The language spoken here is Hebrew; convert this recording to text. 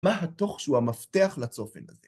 מה התוך שהוא המפתח לצופן הזה?